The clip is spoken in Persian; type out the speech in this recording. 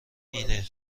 اینه